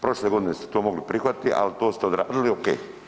Prošle godine ste to mogli prihvatiti, ali to ste odradili ok.